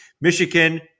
Michigan